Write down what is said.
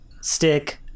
stick